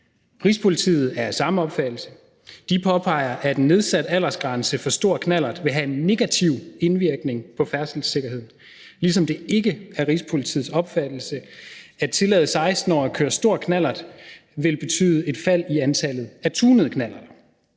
Rigspolitiet er af samme opfattelse. De påpeger, at en nedsat aldersgrænse for at køre på stor knallert vil have en negativ indvirkning på færdselssikkerheden, ligesom det ikke er Rigspolitiets opfattelse, at det at tillade 16-årige at køre stor knallert vil betyde et fald i antallet af tunede knallerter.